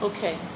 Okay